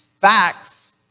facts